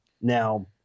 Now